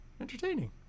entertaining